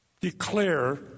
declare